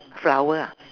flower ah